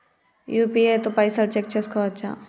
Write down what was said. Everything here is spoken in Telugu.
యూ.పీ.ఐ తో పైసల్ చెక్ చేసుకోవచ్చా?